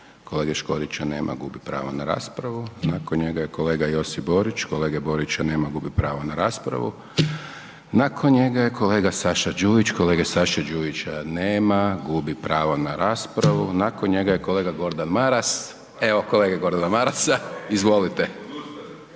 Kolege Škorića nema, gubi pravo na raspravu. Nakon njega je kolega Borić, kolege Borića nema, gubi pravo na raspravu. Nakon njega je kolega Saša Đujić, kolege Saše Đujića nema, gubi pravo na raspravu. Nakon njega je kolega Gordan Maras. Evo kolege Gordana Marasa. Izvolite.